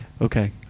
Okay